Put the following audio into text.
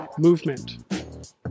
Movement